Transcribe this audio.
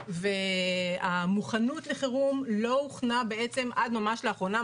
לא נעשתה מוכנות לחירום עד ממש לאחרונה.